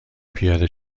پیاده